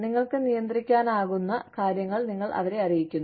നിങ്ങൾക്ക് നിയന്ത്രിക്കാനാകുന്ന കാര്യങ്ങൾ നിങ്ങൾ അവരെ അറിയിക്കുന്നു